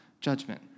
judgment